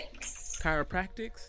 Chiropractics